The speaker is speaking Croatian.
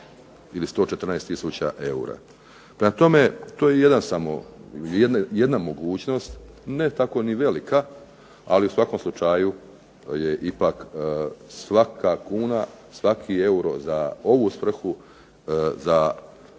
ili 114 tisuća eura. Prema tome, to je jedna mogućnost, ne tako ni velika, ali u svakom slučaju je ipak svaka kuna, svaki euro za ovu svrhu za